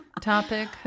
topic